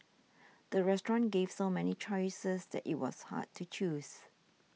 the restaurant gave so many choices that it was hard to choose